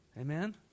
Amen